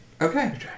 Okay